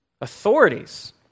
authorities